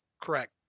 Correct